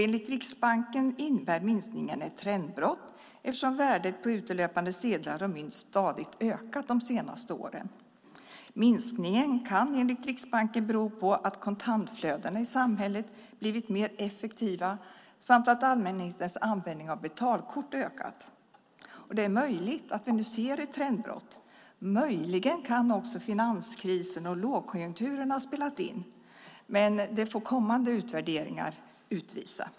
Enligt Riksbanken innebär minskningen ett trendbrott eftersom värdet på utelöpande sedlar och mynt stadigt ökat de senaste åren. Minskningen kan enligt Riksbanken bero på att kontantflödena i samhället blivit mer effektiva samt att allmänhetens användning av betalkort ökat. Det är möjligt att vi nu ser ett trendbrott, möjligen kan också finanskrisen och lågkonjunkturen ha spelat in, men detta får kommande utvärderingar visa.